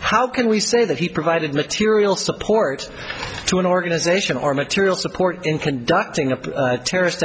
how can we say that he provided material support to an organization or material support in conducting a terrorist